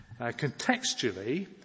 contextually